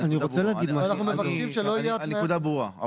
הנקודה ברורה.